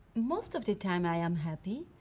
most of the time, i am happy.